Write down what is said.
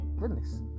goodness